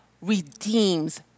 redeems